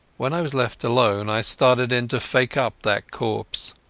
when i was left alone i started in to fake up that corpse.